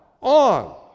on